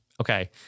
Okay